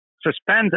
suspend